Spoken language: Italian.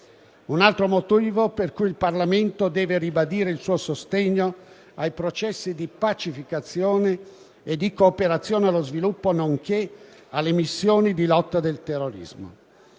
un altro motivo per cui il Parlamento deve ribadire il suo sostegno ai processi di pacificazione e di cooperazione allo sviluppo nonché alle missioni di lotta del terrorismo.